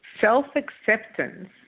Self-acceptance